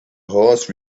horse